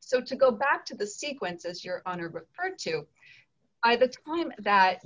so to go back to the sequences your honor heard to i the time that